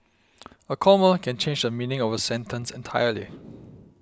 a comma can change the meaning of a sentence entirely